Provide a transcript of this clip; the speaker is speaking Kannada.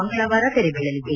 ಮಂಗಳವಾರ ತೆರೆ ಬೀಳಲಿದೆ